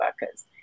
workers